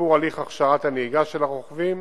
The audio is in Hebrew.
שיפור הליך הכשרת הנהיגה של הרוכבים